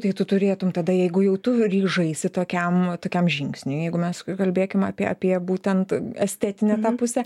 tai tu turėtum tada jeigu jau tu ryžaisi tokiam tokiam žingsniui jeigu mes kalbėkim apie apie būtent estetinę pusę